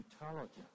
intelligence